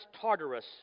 Tartarus